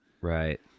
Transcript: Right